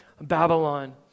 Babylon